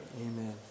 Amen